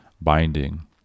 binding